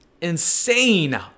insane